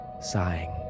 sighing